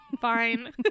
Fine